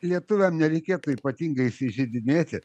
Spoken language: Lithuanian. lietuviam nereikėtų ypatingai įsižeidinėti